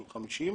שהוא 50,